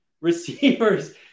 receivers